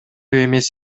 эмес